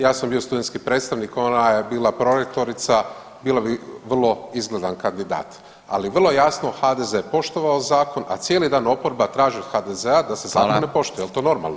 Ja sam bio studentski predstavnik, ona je bila prorektorica bilo bi vrlo izgledan kandidat, ali vrlo jasno HDZ je poštovao zakon, a cijeli dan oporaba traži od HDZ-a da se zakon ne poštuje, jel to normalno?